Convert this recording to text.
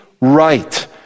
right